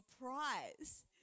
prize